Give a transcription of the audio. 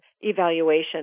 evaluation